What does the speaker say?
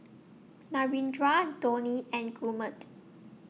Narendra Dhoni and Gurmeet